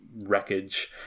wreckage